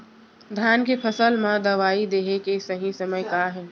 धान के फसल मा दवई देहे के सही समय का हे?